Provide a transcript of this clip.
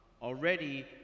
already